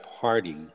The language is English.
Party